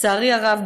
לצערי הרב,